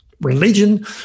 religion